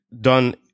done